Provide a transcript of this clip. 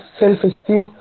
self-esteem